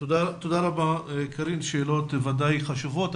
תודה רבה, קארין, שאלות ודאי חשובות.